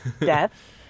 Death